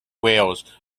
wales